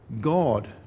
God